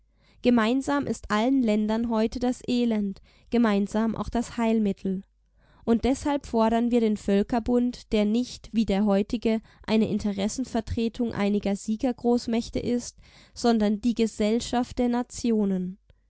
gemeinsam ist allen ländern heute das elend gemeinsam auch das heilmittel und deshalb fordern wir den völkerbund der nicht wie der heutige eine interessenvertretung einiger siegergroßmächte ist sondern die gesellschaft der nationen